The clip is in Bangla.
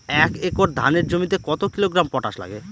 এক একর ধানের জমিতে কত কিলোগ্রাম পটাশ লাগে?